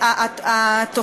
אני הולך עם האק"ג.